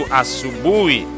asubui